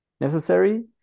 necessary